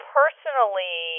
personally